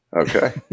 Okay